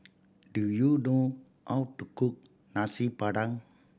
do you know how to cook Nasi Padang